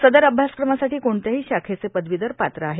सदर अभ्यासक्रमासाठी कोणत्याही शाखेचे पदवीधर पात्र आहेत